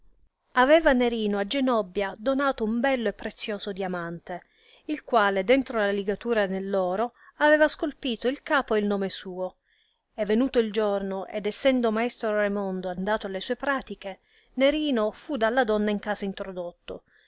aveva nerino a genobbia donato un bello e prezioso diamante il quale dentro la ligatura nell oro aveva scolpito il capo e nome suo e venuto il giorno ed essendo maestro raimondo andato alle sue pratiche nerino fu dalla donna in casa introdotto